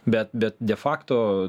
bet bet de fakto